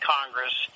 Congress